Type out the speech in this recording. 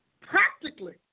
practically